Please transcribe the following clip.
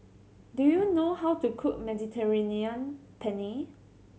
do you know how to cook Mediterranean Penne